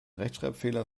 rechtschreibfehler